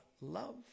love